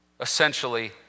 essentially